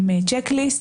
עם צ'ק ליסט.